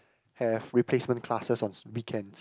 have replacement classes on s~ weekends